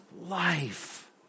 life